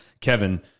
Kevin